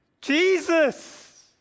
Jesus